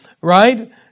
Right